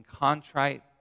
contrite